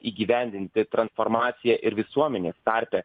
įgyvendinti transformaciją ir visuomenės tarpe